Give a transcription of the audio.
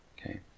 okay